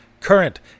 current